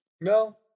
No